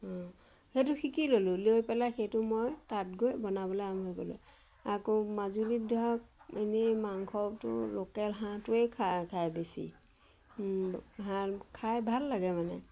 অঁ সেইটো শিকি ল'লোঁ লৈ পেলাই সেইটো মই তাত গৈ বনাবলৈ আৰম্ভ কৰিলোঁ আকৌ মাজুলীত ধৰক এনেই মাংসটো লোকেল হাঁহটোৱেই খায় খায় বেছি হাঁহ খাই ভাল লাগে মানে